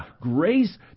grace